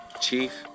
Chief